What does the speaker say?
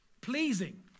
Pleasing